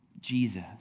Jesus